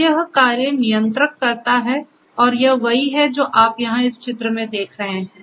तो यह कार्य नियंत्रक करता है और यह वही है जो आप यहाँ इस चित्र में देख रहे हैं